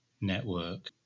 network